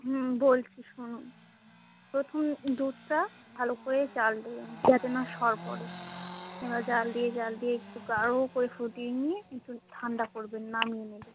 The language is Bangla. হুম বলছি শুনুন প্রথমে দুধটা ভালো করে জ্বাল দেবেন যাতে না সর পড়ে এবার জ্বাল দিয়ে জ্বাল দিয়ে একটু গাঢ় করে ফুটিয়ে নিয়ে একটু ঠান্ডা করবেন নামিয়ে নেবেন